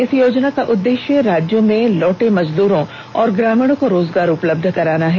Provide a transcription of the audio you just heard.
इस योजना का उद्देश्य राज्यों में लौटे मजदूरों और ग्रामीणों को रोजगार उपलब्ध कराना है